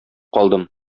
калдым